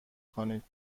کنید